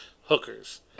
hookers